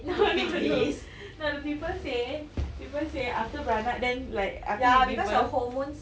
no no no no the people say people say after beranak then like after you give birth